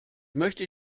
möchte